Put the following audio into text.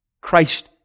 Christ